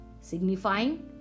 signifying